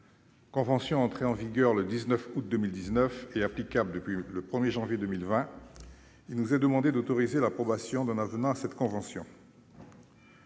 Luxembourg, entrée en vigueur le 19 août 2019 et applicable depuis le 1janvier dernier, il nous est demandé d'autoriser l'approbation d'un avenant à cette convention.